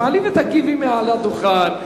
תעלי ותגיבי מעל הדוכן.